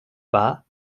pas